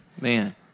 man